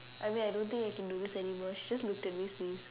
I mean I don't think I can do this anymore she just looked at me sneeze